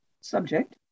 subject